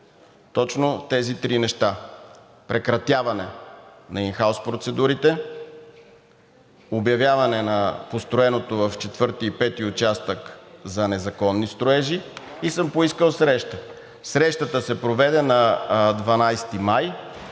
точно тези три неща: прекратяване на ин хаус процедурите, обявяване на построеното в четвърти и пети участък за незаконни строежи, и съм поискал среща. Срещата се проведе на 12 май